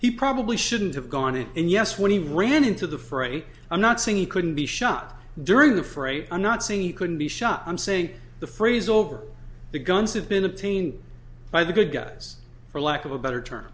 he probably shouldn't have gone in and yes when he ran into the fray i'm not saying he couldn't be shot during the fray i'm not saying he couldn't be shot i'm saying the phrase over the guns have been obtained by the good guys for lack of a better term